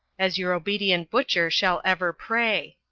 as your obedient butcher shall ever pray.